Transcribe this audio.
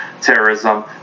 terrorism